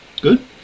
Good